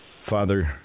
Father